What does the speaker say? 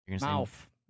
Mouth